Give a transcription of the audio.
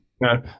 no